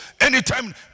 Anytime